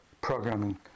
programming